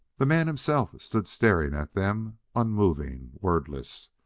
the man himself stood staring at them, unmoving, wordless.